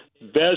Best